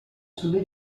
sulle